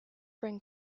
bring